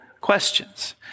questions